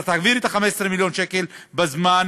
אתה תעביר את 15 מיליון השקל בזמן